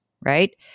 right